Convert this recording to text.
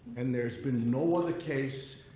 and there's been no other case.